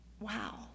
wow